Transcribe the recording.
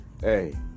Hey